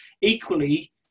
Equally